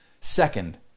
Second